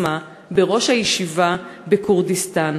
עצמה בראש הישיבה בכורדיסטן.